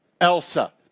Elsa